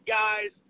guys